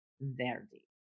Verdi